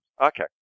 Okay